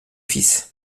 fils